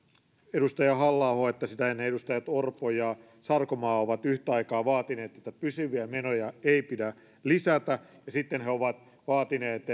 edustaja halla aho että sitä ennen edustajat orpo ja sarkomaa ovat yhtä aikaa vaatineet että pysyviä menoja ei pidä lisätä ja sitten he ovat vaatineet